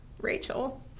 Rachel